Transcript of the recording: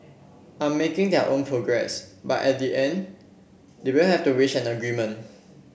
are making their own progress but at the end they will have to reach an agreement